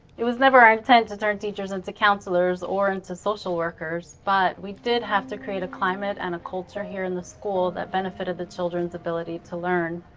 it was never our intent to turn teachers into counselors or into social workers, but we did have to create a climate and a culture here in the school that benefited the children's ability to learn.